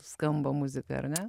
skamba muzika ar ne